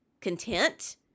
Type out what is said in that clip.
content